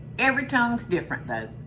every tongue's different though.